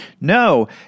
No